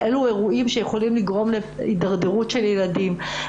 יכול לגרום להידרדרות של ילדים.